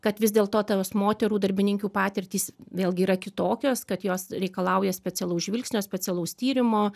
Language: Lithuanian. kad vis dėlto tas moterų darbininkių patirtys vėlgi yra kitokios kad jos reikalauja specialaus žvilgsnio specialaus tyrimo